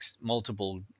multiple